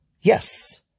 Yes